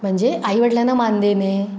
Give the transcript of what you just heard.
म्हणजे आईवडिलांना मान देणे